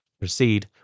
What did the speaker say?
proceed